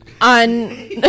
on